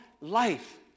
life